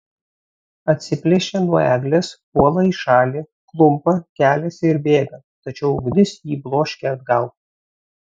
atsiplėšia nuo eglės puola į šalį klumpa keliasi ir bėga tačiau ugnis jį bloškia atgal